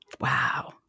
Wow